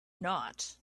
not